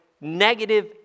negative